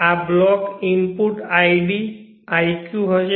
આ block output id iq હશે